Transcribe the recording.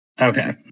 Okay